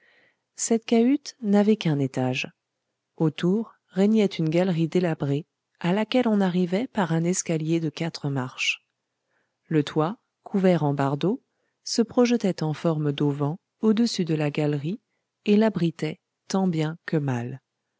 cette cahute n'avait qu'un étage autour régnait une galerie délabrée à laquelle on arrivait par un escalier de quatre marches le toit couvert en bardeaux se projetait en forme d'auvent au-dessus de la galerie et l'abritait tant bien que mal